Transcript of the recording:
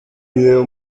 vídeo